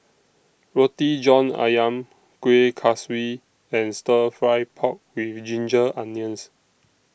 Roti John Ayam Kuih Kaswi and Stir Fry Pork with Ginger Onions